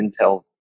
intel